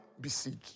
besieged